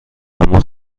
اما